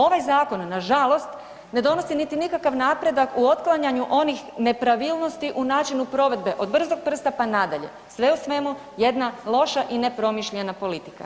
Ovaj zakon nažalost ne donosi niti nikakav napredak u otklanjanju onih nepravilnosti u načinu provedbe od brzog prsta, pa nadalje, sve u svemu jedna loša i nepromišljena politika.